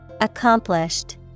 Accomplished